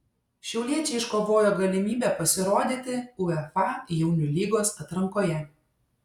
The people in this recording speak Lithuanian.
šiauliečiai iškovojo galimybę pasirodyti uefa jaunių lygos atrankoje